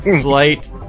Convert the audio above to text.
slight